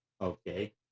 Okay